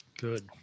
Good